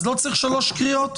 אז לא צריך שלוש קריאות?